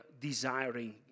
desiring